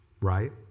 Right